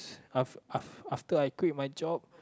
after after I quit my job